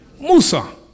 Musa